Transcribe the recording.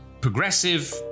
progressive